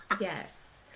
Yes